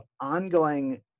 ongoing